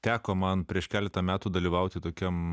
teko man prieš keletą metų dalyvauti tokiam